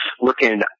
looking